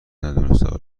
ندونسته